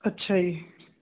ਅੱਛਾ ਜੀ